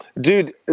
Dude